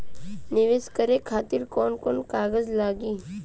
नीवेश करे खातिर कवन कवन कागज लागि?